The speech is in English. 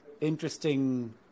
interesting